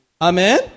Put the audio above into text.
Amen